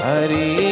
Hari